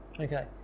Okay